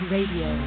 Radio